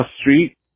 street